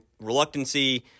reluctancy